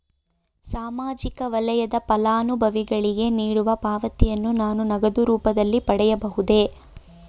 ಸಾಮಾಜಿಕ ವಲಯದ ಫಲಾನುಭವಿಗಳಿಗೆ ನೀಡುವ ಪಾವತಿಯನ್ನು ನಾನು ನಗದು ರೂಪದಲ್ಲಿ ಪಡೆಯಬಹುದೇ?